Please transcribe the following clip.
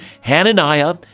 Hananiah